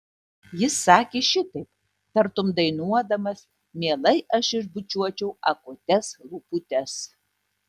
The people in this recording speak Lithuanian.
jis sakė šitaip tartum dainuodamas mielai aš išbučiuočiau akutes lūputes